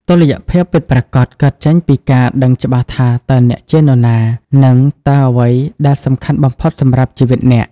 តុល្យភាពពិតប្រាកដកើតចេញពីការដឹងច្បាស់ថា "តើអ្នកជានរណា?" និង "តើអ្វីដែលសំខាន់បំផុតសម្រាប់ជីវិតអ្នក?"